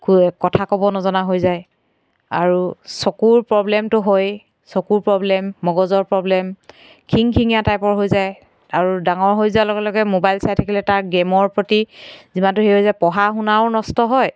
কৈ কথা ক'ব নজনা হৈ যায় আৰু চকুৰ প্ৰবলেমটো হয় চকুৰ প্ৰবলেম মগজুৰ প্ৰবলেম খিংখিঙীয়া টাইপৰ হৈ যায় আৰু ডাঙৰ হৈ যোৱাৰ লগে লগে মোবাইল চাই থাকিলে তাৰ গেমৰ প্ৰতি যিমানটো হেৰি হৈ যায় পঢ়া শুনাও নষ্ট হয়